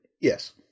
Yes